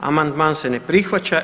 Amandman se ne prihvaća.